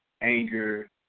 Anger